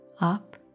up